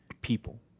people